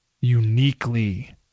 uniquely